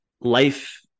life